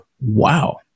Wow